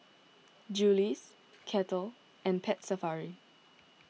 Julie's Kettle and Pet Safari